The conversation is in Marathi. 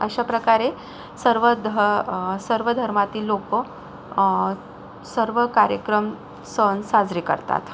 अशाप्रकारे सर्व ध सर्व धर्मातील लोक सर्व कार्यक्रम सण साजरे करतात